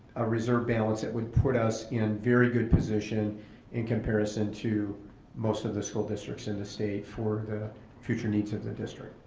a reserve balance that would put us in very good position in comparison to most of the school districts in the state for the future needs of the district.